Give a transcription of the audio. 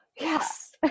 Yes